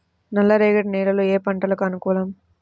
నల్లరేగడి నేలలు ఏ పంటలకు అనుకూలం?